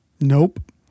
Nope